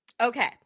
Okay